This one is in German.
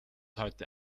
heute